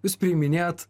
jūs priiminėjat